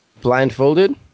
Blindfolded